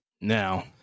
Now